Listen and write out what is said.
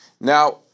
Now